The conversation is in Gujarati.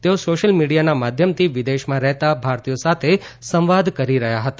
તેઓ સોશિયલ મીડિયાના માધ્યમથી વિદેશમાં રહેતા ભારતીયો સાથે સંવાદ કરી રહ્યા હતા